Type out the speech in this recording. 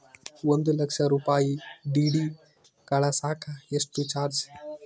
ಒಂದು ಲಕ್ಷ ರೂಪಾಯಿ ಡಿ.ಡಿ ಕಳಸಾಕ ಎಷ್ಟು ಚಾರ್ಜ್?